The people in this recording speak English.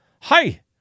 Hi